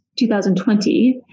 2020